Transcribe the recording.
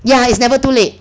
ya it's never too late